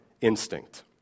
instinct